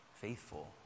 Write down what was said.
faithful